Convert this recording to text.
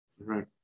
Right